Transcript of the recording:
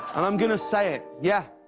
and i'm going to say it, yeah,